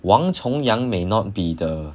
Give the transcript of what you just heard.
王重阳 may not be the